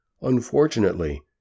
Unfortunately